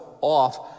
off